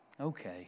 Okay